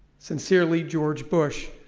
sincerely, george bush.